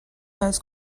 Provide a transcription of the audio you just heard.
has